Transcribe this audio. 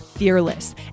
Fearless